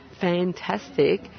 fantastic